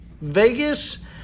Vegas